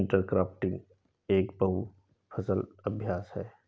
intercropping एक बहु फसल अभ्यास है